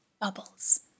bubbles